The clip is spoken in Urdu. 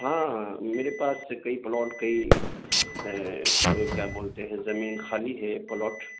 ہاں میرے پاس کئی پلاٹ کئی کیا بولتے ہیں زمین خالی ہے پلاٹ